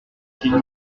film